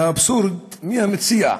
והאבסורד: מי המציע,